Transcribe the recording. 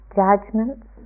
judgments